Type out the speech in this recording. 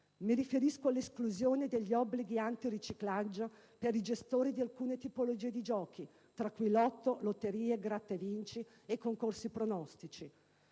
Mi riferisco all'esclusione degli obblighi antiriciclaggio per i gestori di alcune tipologie di giochi, tra cui Lotto, lotterie, «Gratta e vinci» e concorsi pronostici.